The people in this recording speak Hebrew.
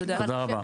תודה רבה.